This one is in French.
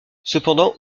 cependant